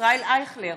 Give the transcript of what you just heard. ישראל אייכלר,